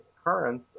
occurrence